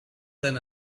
than